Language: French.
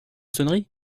sonnerie